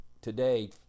today